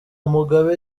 mugabe